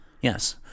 Yes